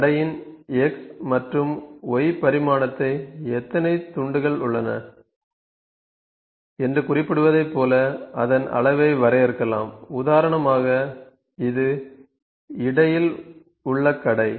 கடையின் X மற்றும் Y பரிமாணத்தை எத்தனை துண்டுகள் உள்ளன என்று குறிப்பிடுவதை போல அதன் அளவை வரையறுக்கலாம் உதாரணமாக இது இடையில் உள்ள கடை